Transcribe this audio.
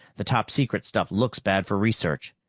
the topsecret stuff looks bad for research.